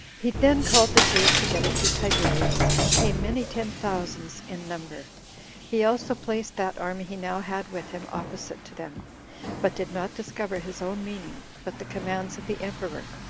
he then called the jews together to tiberias, who came many ten thousands in number he also placed that army he now had with him opposite to them but did not discover his own meaning, but the commands of the emperor,